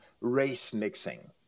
race-mixing